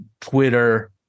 Twitter